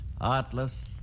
artless